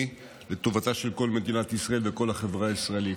לטובתה של כל מדינת ישראל וכל החברה הישראלית.